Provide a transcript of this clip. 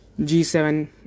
G7